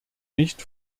nicht